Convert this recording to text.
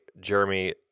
Jeremy